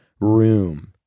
room